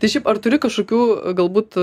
tai šiaip ar turi kažkokių galbūt